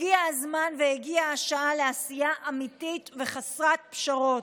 הגיע הזמן והגיעה השעה לעשייה אמיתית, חסרת פשרות.